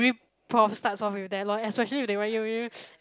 prof starts off with them lor eh especially if they